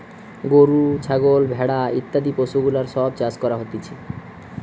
গরু, ছাগল, ভেড়া ইত্যাদি পশুগুলার সব চাষ করা হতিছে